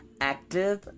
active